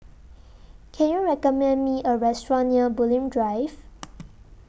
Can YOU recommend Me A Restaurant near Bulim Drive